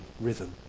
rhythm